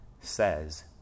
says